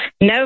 No